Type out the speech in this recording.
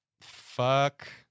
Fuck